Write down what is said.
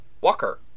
Walker